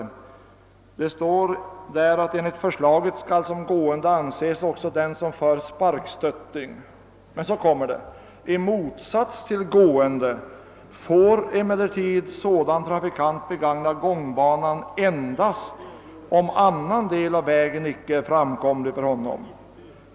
I utskottsutlåtandet skriver man: »Enligt förslaget skall som gående anses också den som för sparkstötting.» Men så kommer det: »I motsats till gående får emellertid sådan trafikant begagna gångbana endast om annan del av vägen icke är framkomlig för honom.